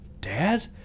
Dad